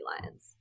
lions